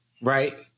right